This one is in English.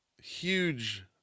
huge